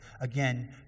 Again